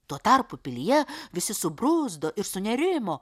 tuo tarpu pilyje visi subruzdo ir sunerimo